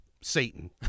Satan